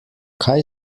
kaj